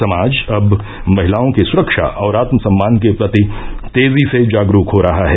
समाज अब महिलाओं की सुरक्षा और आत्मसम्मान के प्रति तेजी से जागरूक हो रहा है